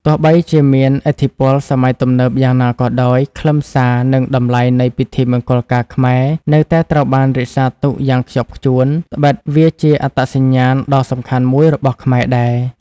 ទោះបីជាមានឥទ្ធិពលសម័យទំនើបយ៉ាងណាក៏ដោយ ខ្លឹមសារ និងតម្លៃនៃពិធីមង្គលការខ្មែរនៅតែត្រូវបានរក្សាទុកយ៉ាងខ្ជាប់ខ្ជួន ដ្បិតវាជាអត្តសញ្ញាណដ៏សំខាន់មួយរបស់ខ្មែរដែរ ។